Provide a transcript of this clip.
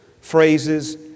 phrases